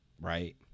right